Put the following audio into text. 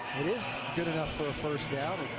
it is good enough for a first down.